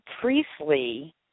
Priestley